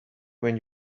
when